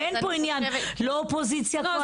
הרי אין פה ענין לא אופוזיציה, לא קואליציה.